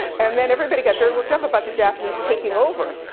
and then everybody got very worked up about the japanese taking over.